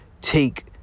Take